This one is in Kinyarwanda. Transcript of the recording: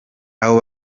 abo